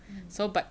mmhmm